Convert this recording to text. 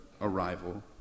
arrival